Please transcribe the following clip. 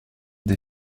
des